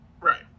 Right